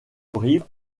brive